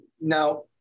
now